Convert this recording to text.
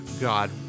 God